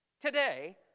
today